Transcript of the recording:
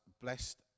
blessed